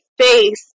face